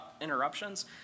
interruptions